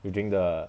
you drink the